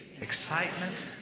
excitement